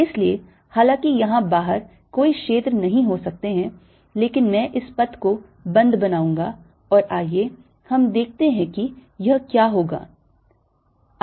इसलिए हालांकि यहां बाहर कोई क्षेत्र नहीं हो सकते हैं लेकिन मैं इस पथ को बंद बनाऊंगा और आइए हम देखते हैं कि यह क्या होगा